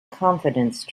confidence